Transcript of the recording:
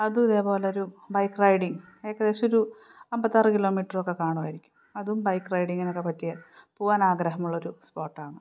അതും ഇതേപോലെയൊരു bike riding ഏകദേശം ഒരു അമ്പത്തിയാറ് കിലോമീറ്ററൊക്കെ കാണുമായിരിക്കും അതും ബൈക്ക് റൈഡിങ്ങിനൊക്കെ പറ്റിയ പോകാന് ആഗ്രഹമുള്ളൊരു സ്പോട്ടാണ്